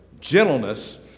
gentleness